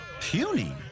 Puny